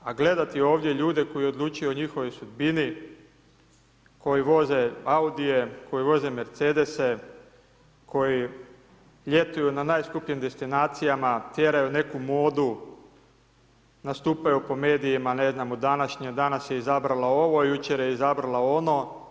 A gledati ovdje ljude koji odlučuju o njihovoj sudbini koji voze Audije, koji voze Mercedese, koji ljetuju na najskupljim destinacijama, tjeraju neku modu, nastupaju po medijima ne znam, danas je izabrala ovo, jučer je izabrala ono.